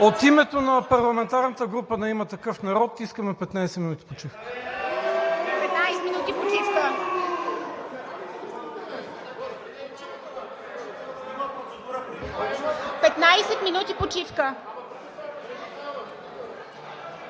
От името на парламентарната група на „Има такъв народ“ искаме 15 минути почивка. (Викове